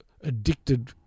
addicted